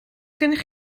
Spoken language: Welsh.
gennych